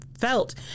felt